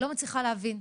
לא מצליחה להבין.